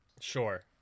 Sure